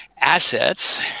assets